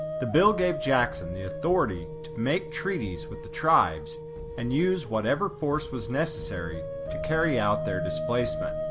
the bill gave jackson the authority to make treaties with the tribes and use whatever force was necessary to carry out their displacement.